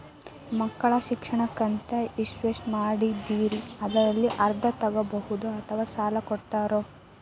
ಮಕ್ಕಳ ಶಿಕ್ಷಣಕ್ಕಂತ ಇನ್ವೆಸ್ಟ್ ಮಾಡಿದ್ದಿರಿ ಅದರಲ್ಲಿ ಅರ್ಧ ತೊಗೋಬಹುದೊ ಅಥವಾ ಸಾಲ ಕೊಡ್ತೇರೊ?